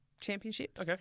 Championships